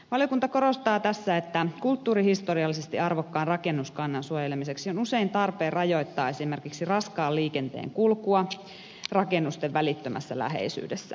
valiokunta korostaa tässä että kulttuurihistoriallisesti arvokkaan rakennuskannan suojelemiseksi on usein tarpeen rajoittaa esimerkiksi raskaan liikenteen kulkua rakennusten välittömässä läheisyydessä